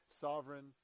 sovereign